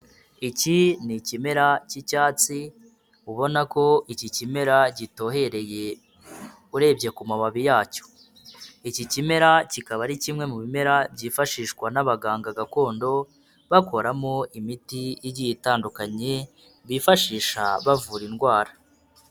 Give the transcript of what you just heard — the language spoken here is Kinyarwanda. Iki ni ikimera k'icyatsi ubona ko iki kimera gitohereye, urebye ku mababi yacyo, iki kimera kikaba ari kimwe mu bimera byifashishwa n'abaganga gakondo, bakoramo imiti igiye itandukanye bifashisha bavura indwara.